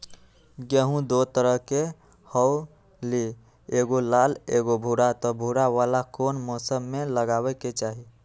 गेंहू दो तरह के होअ ली एगो लाल एगो भूरा त भूरा वाला कौन मौसम मे लगाबे के चाहि?